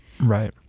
Right